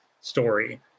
story